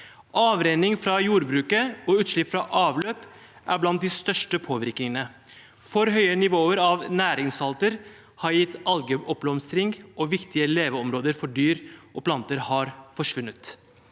Avrenning fra jordbruket og utslipp fra avløp er blant de største påvirkningene. For høye nivåer av næringssalter har gitt algeoppblomstring, og viktige leveområder for dyr og planter har forsvunnet.